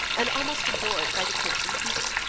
and almost adored, by the prince and people.